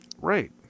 Right